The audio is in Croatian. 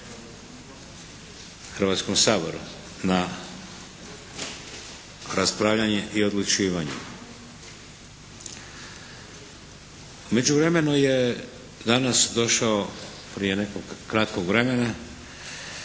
Hrvatskom saboru na raspravljanje i odlučivanje. U međuvremenu je danas došao prije nekog kratkog vremena